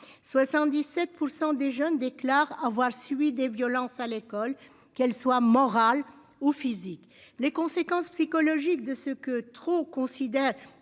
77% des jeunes déclare avoir subi des violences à l'école, qu'elles soient morales ou physiques, les conséquences psychologiques de ce que trop considèrent